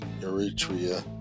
Eritrea